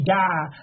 die